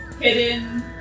hidden